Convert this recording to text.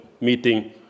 meeting